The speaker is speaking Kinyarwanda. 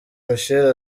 michel